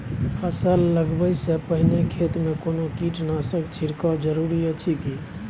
फसल लगबै से पहिने खेत मे कोनो कीटनासक छिरकाव जरूरी अछि की?